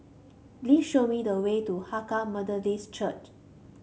please show me the way to Hakka Methodist Church